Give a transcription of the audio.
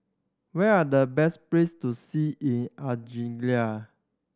where are the best place to see in Algeria